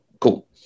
Cool